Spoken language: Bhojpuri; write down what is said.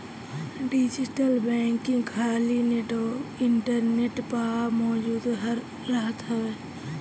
डिजिटल बैंकिंग खाली इंटरनेट पअ मौजूद रहत हवे